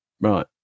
Right